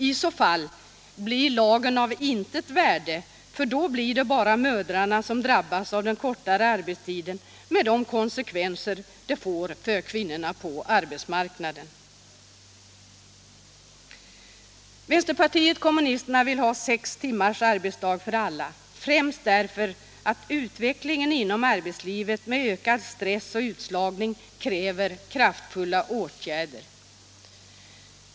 I så fall blir lagen av intet värde, för då blir det bara mödrarna som drabbas av den kortare arbetstiden, med de konsekvenser det får för kvinnorna på arbetsmarknaden. Vpk vill ha sex timmars arbetsdag för alla, främst därför att utvecklingen inom arbetslivet med ökad stress och utslagning kräver kraftfulla åtgärder.